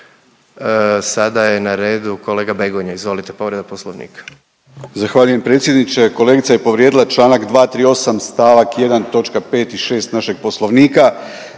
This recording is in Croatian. Sad je na redu kolega Begonja, izvolite povreda Poslovnika.